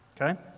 Okay